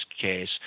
case